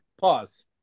Pause